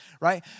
right